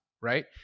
right